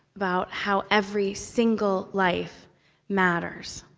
about how every single life matters.